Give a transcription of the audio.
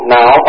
now